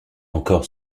encore